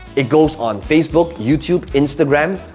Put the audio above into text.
it goes on facebook, youtube, instagram.